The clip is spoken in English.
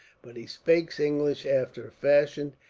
but he spakes english after a fashion,